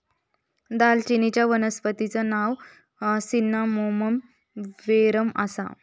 दालचिनीचच्या वनस्पतिचा नाव सिन्नामोमम वेरेम आसा